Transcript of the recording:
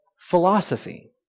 philosophy